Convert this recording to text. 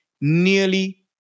nearly